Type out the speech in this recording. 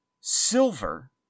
silver